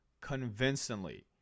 convincingly